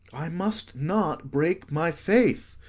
i must not break my faith.